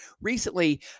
Recently